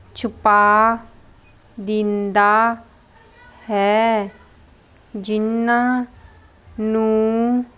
ਛੁਪਾ ਦਿੰਦਾ ਹੈ ਜਿਨ੍ਹਾਂ ਨੂੰ